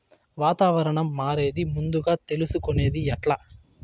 వాతావరణం మారేది ముందుగా తెలుసుకొనేది ఎట్లా?